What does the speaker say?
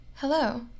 Hello